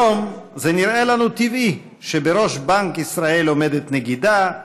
היום זה נראה לנו טבעי שבראש בנק ישראל עומדת נגידה,